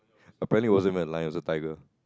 apparently it wasn't even a lion it was a tiger